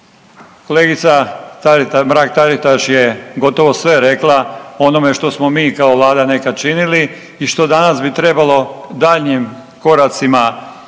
Kolegica Mrak Taritaš je gotovo sve rekla o onome što smo mi kao vlada nekad činili i što danas bi trebalo daljnjim koracima rješavanja